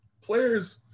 players